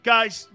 Guys